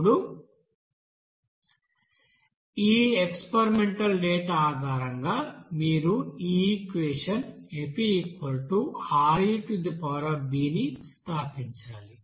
ఇప్పుడు ఈ experimental data ఆధారంగా మీరు ఈ ఈక్వెషన్ fReb ని స్థాపించాలి